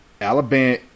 Alabama